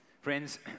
Friends